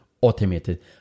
automated